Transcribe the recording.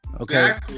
Okay